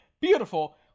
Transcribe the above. Beautiful